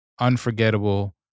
unforgettable